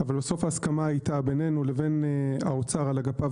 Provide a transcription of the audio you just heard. אבל בסוף ההסכמה הייתה בינינו לבין האוצר על אגפיו